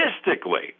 Statistically